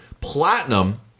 Platinum